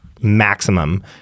Maximum